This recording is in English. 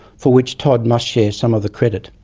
for which todd must share some of the credit.